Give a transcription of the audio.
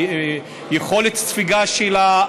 יכולת ספיגה שלה,